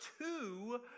two